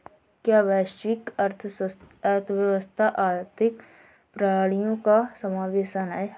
क्या वैश्विक अर्थव्यवस्था आर्थिक प्रणालियों का समावेशन है?